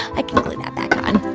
i can glue that back on.